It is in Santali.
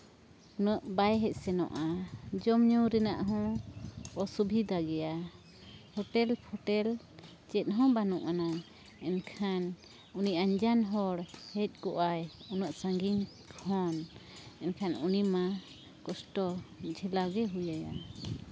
ᱩᱱᱟᱹᱜ ᱵᱟᱭ ᱦᱮᱡ ᱥᱮᱱᱚᱜᱼᱟ ᱡᱚᱢᱼᱧᱩ ᱨᱮᱱᱟᱜ ᱦᱚᱸ ᱚᱥᱩᱵᱤᱫᱟ ᱜᱮᱭᱟ ᱦᱳᱴᱮᱞᱼᱯᱷᱳᱴᱮᱞ ᱪᱮᱫᱦᱚᱸ ᱵᱟᱹᱱᱩᱜ ᱟᱱᱟᱝ ᱮᱱᱠᱷᱟᱱ ᱩᱱᱤ ᱟᱱᱡᱟᱱ ᱦᱚᱲ ᱦᱮᱡ ᱠᱚᱜᱼᱟᱭ ᱩᱱᱟᱹᱜ ᱥᱟᱺᱜᱤᱧ ᱠᱷᱚᱱ ᱮᱱᱠᱷᱟᱱ ᱩᱱᱤᱢᱟ ᱠᱚᱥᱴᱚ ᱡᱷᱮᱞᱟᱣ ᱜᱮ ᱦᱩᱭ ᱟᱭᱟ